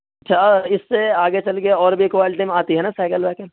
اچھا اس سے آگے چل کے اور بھی کوالٹی میں آتی ہے نا سائیکل وائیکل